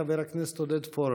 חבר הכנסת עודד פורר.